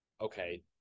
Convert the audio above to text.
okay